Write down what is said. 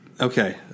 Okay